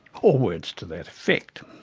or words to that effect.